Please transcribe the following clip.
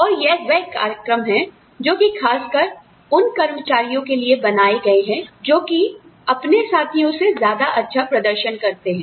और यह वह कार्यक्रम हैं जो कि खासकर उन कर्मचारियों के लिए बनाए गए हैं जो कि अपने साथियों से ज्यादा अच्छा प्रदर्शन करते हैं